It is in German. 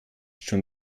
schon